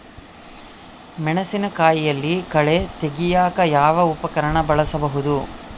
ಮೆಣಸಿನಕಾಯಿ ಬೆಳೆಯಲ್ಲಿ ಕಳೆ ತೆಗಿಯಾಕ ಯಾವ ಉಪಕರಣ ಬಳಸಬಹುದು?